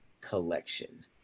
collection